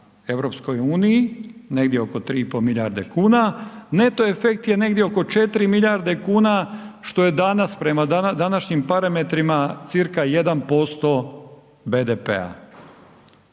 prema EU, negdje oko 3,5 milijarde kuna, neto efekt je negdje oko 4 milijarde kuna, što je danas, prema današnjim parametrima cca. 1% BDP-a,